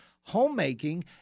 homemaking